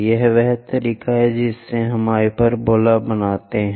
यह वह तरीका है जिससे हम हाइपरबोला बनाते हैं